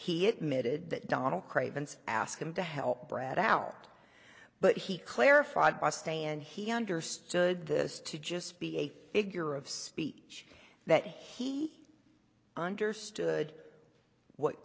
he admitted that donal craven's ask him to help brett out but he clarified by staying and he understood this to just be a figure of speech that he understood what